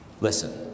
Listen